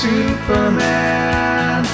Superman